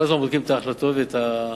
כל הזמן בודקים את ההחלטות ואת הפעולות.